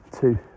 two